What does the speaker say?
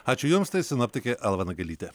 ačiū jums tai sinoptikė alva nagelytė